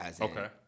Okay